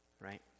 right